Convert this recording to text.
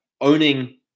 owning